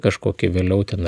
kažkokį vėliau ten ar